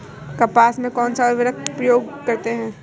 कपास में कौनसा उर्वरक प्रयोग करते हैं?